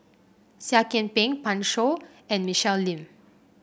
Seah Kian Peng Pan Shou and Michelle Lim